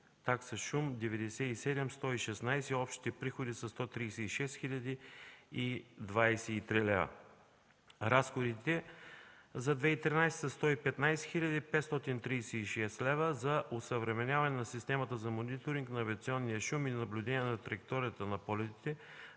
чужди – 97 116 лв., общите приходи са 136 023 лв.; разходите за 2013 г. са 115 536 лв. – за осъвременяване на системата за мониторинг на авиационния шум и наблюдение на траекторията на полетите,